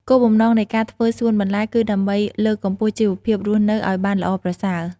គោលបំណងនៃការធ្វើសួនបន្លែ គឺដើម្បីលើកកម្ពស់ជីវភាពរស់នៅឱ្យបានល្អប្រសើរ។